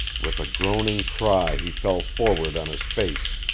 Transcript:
with, a groaning cry he fell forward on his face.